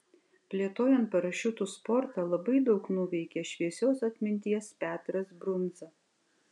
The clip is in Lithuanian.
plėtojant parašiutų sportą labai daug nuveikė šviesios atminties petras brundza